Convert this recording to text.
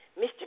Mr